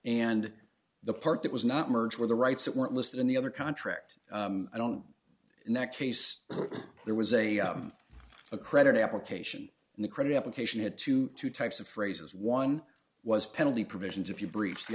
and the part that was not merge were the rights that were listed in the other contract i don't and that case there was a a credit application and the credit application had to two types of phrases one was penalty provisions if you breach the